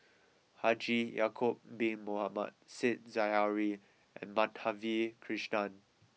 Haji Ya'Acob Bin Mohamed said Zahari and Madhavi Krishnan